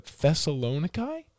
Thessalonica